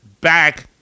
back